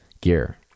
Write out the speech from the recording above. gear